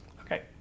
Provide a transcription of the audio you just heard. Okay